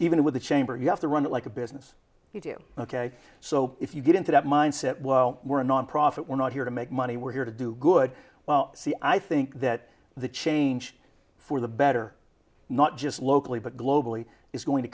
even with the chamber you have to run it like a business you do ok so if you get into that mindset well we're a nonprofit we're not here to make money we're here to do good well see i think that the change for the better not just locally but globally is going to